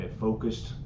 focused